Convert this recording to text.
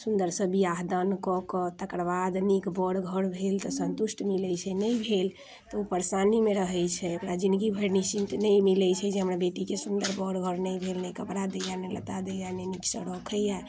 सुन्दरसँ बियाह दान कऽ कऽ तकर बाद नीक बर घर भेल तऽ सन्तुष्टि मिलै छै नहि भेल तऽ उ परेशानीमे रहै छै ओकरा जिन्दगी भरि निश्चिन्त नहि मिलै छै जे हमरा बेटीके सुन्दर बर घर नहि भेल ने कपड़ा दैए ने लत्ता दैए ने नीकसँ रखैए